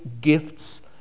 gifts